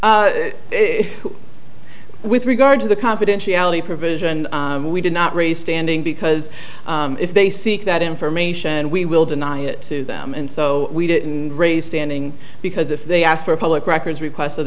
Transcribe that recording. s with regard to the confidentiality provision we did not raise standing because if they seek that information we will deny it to them and so we didn't raise standing because if they asked for a public records request